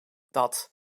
dat